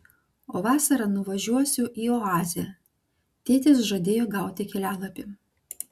o vasarą nuvažiuosiu į oazę tėtis žadėjo gauti kelialapį